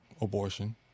abortion